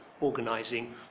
organising